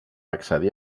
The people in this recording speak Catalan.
accedir